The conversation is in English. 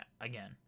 again